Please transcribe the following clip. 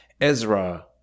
Ezra